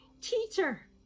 teacher